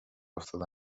افتاده